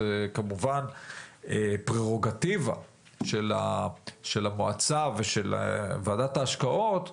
זו כמובן פררוגטיבה של המועצה ושל ועדת ההשקעות,